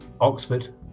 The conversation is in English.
Oxford